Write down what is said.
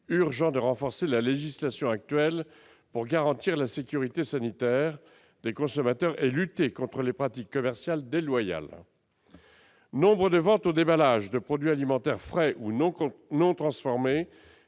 urgent de renforcer la législation actuelle pour garantir la sécurité sanitaire des consommateurs et lutter contre les pratiques commerciales déloyales. Nombre de ventes au déballage de produits alimentaires frais ou non transformés,